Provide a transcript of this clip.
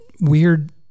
weird